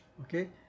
Okay